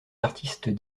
artistes